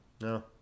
No